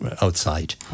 outside